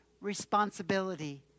responsibility